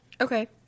Okay